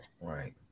Right